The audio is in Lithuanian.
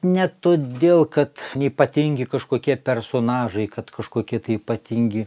ne todėl kad neypatingi kažkokie personažai kad kažkokie ypatingi